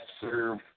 serve